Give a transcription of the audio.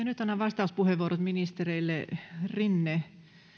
nyt annan vastauspuheenvuorot ministereille rinne